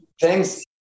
Thanks